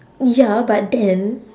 ya but then